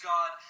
God